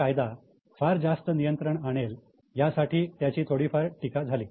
हा कायदा फार जास्त नियंत्रण आणेल यासाठी त्याची थोडीफार टीका झाली